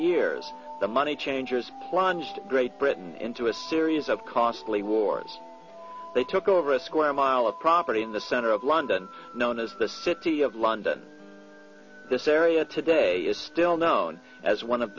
years the money changers plunged great britain into a series of costly wars they took over a square mile of property in the center of london known as the city of london this area today is still known as one of